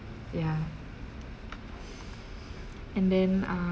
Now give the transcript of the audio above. ya and then ah